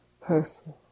person